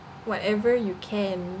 whatever you can